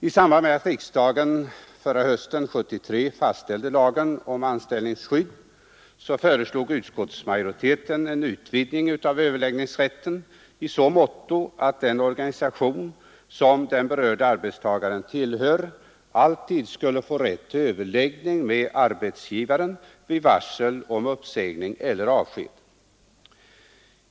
I samband med att riksdagen hösten 1973 fastställde lagen om anställningsskydd föreslog utskottsmajoriteten en utvidgning av överläggningsrätten i så måtto att den organisation som den berörda arbetstagaren tillhör alltid skulle få rätt till överläggning med arbetsgivaren vid varsel om uppsägning eller avsked.